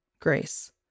grace